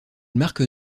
marque